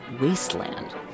wasteland